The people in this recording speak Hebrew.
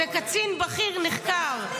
וקצין בכיר נחקר,